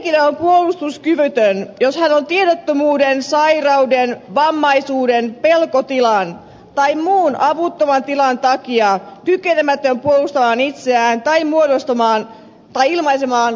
henkilö on puolustuskyvytön jos hän on tiedottomuuden sairauden vammaisuuden pelkotilan tai muun avuttoman tilan takia kykenemätön puolustamaan itseään tai muodostamaan tai ilmaisemaan tahtoaan